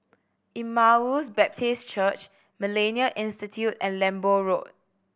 Emmaus Baptist Church Millennia Institute and Lembu Road